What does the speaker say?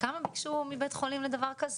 כמה ביקשו מבית חולים לדבר כזה?